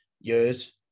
years